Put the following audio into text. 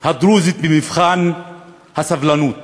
הדרוזית במבחן הסבלנות